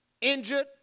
injured